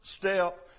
step